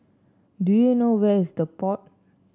do you know where is The Pod